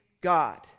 God